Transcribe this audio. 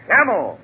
Camel